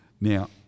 Now